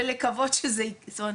ולקוות שזה יקרה.